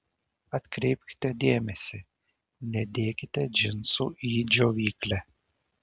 atkreipkite dėmesį nedėkite džinsų į džiovyklę